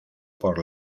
por